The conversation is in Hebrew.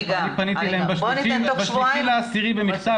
כי אני פניתי אליהם ב-3.10 במכתב,